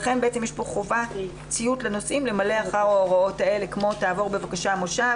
לכן יש כאן חובת ציות לנוסעים למלא אחר ההוראות האלה כמו לעבור מושב,